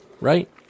right